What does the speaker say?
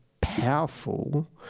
powerful